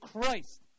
Christ